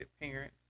parent